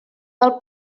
del